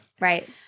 Right